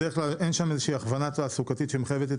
בדרך כלל אין שם איזושהי הכוונה תעסוקתית שמחייבת את